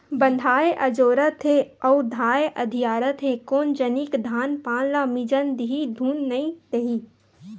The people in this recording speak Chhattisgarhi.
बंधाए अजोरत हे अउ धाय अधियारत हे कोन जनिक धान पान ल मिजन दिही धुन नइ देही